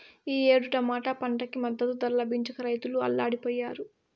ఈ ఏడు టమాటా పంటకి మద్దతు ధర లభించక రైతులు అల్లాడిపొయ్యారు